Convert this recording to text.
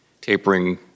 tapering